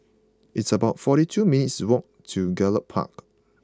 it's about forty two minutes' walk to Gallop Park